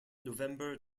november